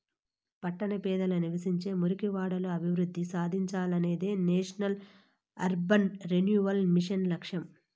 పట్టణ పేదలు నివసించే మురికివాడలు అభివృద్ధి సాధించాలనేదే నేషనల్ అర్బన్ రెన్యువల్ మిషన్ లక్ష్యం